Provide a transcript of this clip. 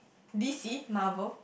D_C Marvel